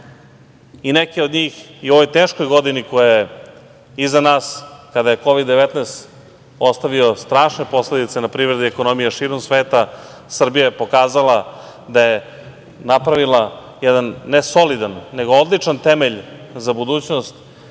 i neke od njih, u ovoj teškoj godini, koja je iza nas, kada je Kovid 19 ostavio strašne posledice na privredu i ekonomiju širom sveta, Srbija je pokazala da je napravila jedan ne solidan, nego odličan temelj za budućnost,